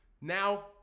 Now